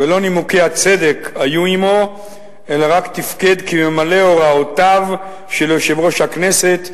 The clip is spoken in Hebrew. ולא נימוקי הצדק היו עמו אלא רק תפקד כממלא הוראותיו של יושב-ראש הכנסת,